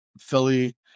philly